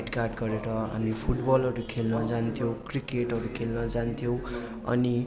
भेटघाट गरेर हामी फुटबलहरू खेल्न जान्थ्यौँ क्रिकेटहरू खेल्न जान्थ्यौँ अनि